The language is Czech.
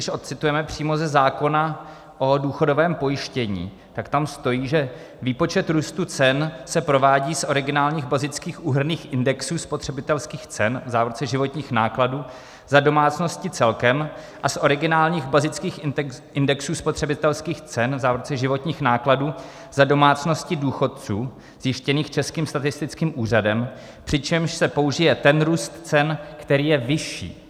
Když odcitujeme přímo ze zákona o důchodovém pojištění, tak tam stojí, že výpočet růstu cen se provádí z originálních bazických úhrnných indexů spotřebitelských cen /životních nákladů/ za domácnosti celkem a z originálních bazických indexů spotřebitelských cen /životních nákladů/ za domácnosti důchodců zjištěných Českým statistickým úřadem, přičemž se použije ten růst cen, který je vyšší.